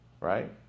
Right